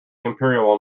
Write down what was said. imperial